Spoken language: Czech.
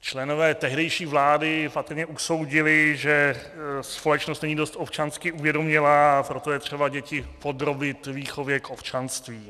Členové tehdejší vlády patrně usoudili, že společnost není dost občansky uvědomělá, proto je třeba děti podrobit výchově k občanství.